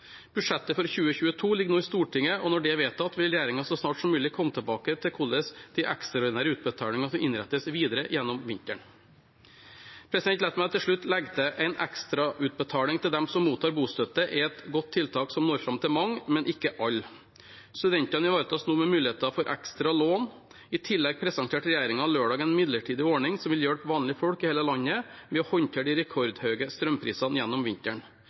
Budsjettet for 2022 ligger nå i Stortinget, og når det er vedtatt, vil regjeringen så snart som mulig komme tilbake til hvordan de ekstraordinære utbetalingene kan innrettes videre gjennom vinteren. La meg til slutt legge til: En ekstrautbetaling til dem som mottar bostøtte, er et godt tiltak som når fram til mange, men ikke alle. Studentene ivaretas nå med mulighet for ekstra lån. I tillegg presenterte regjeringen lørdag en midlertidig ordning som vil hjelpe vanlige folk i hele landet med å håndtere de rekordhøye strømprisene gjennom vinteren.